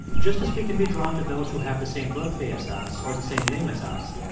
just as we can be drawn to those who have the same birthday as us or the same name as us,